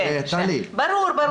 ברור.